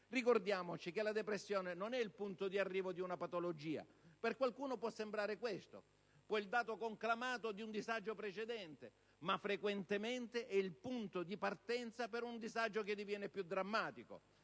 Ricordiamoci che la depressione non è il punto di arrivo di una patologia, sebbene a qualcuno lo possa sembrare. È il dato conclamato di un disagio precedente, ma di frequente è il punto di partenza di un disagio che diviene sempre più drammatico,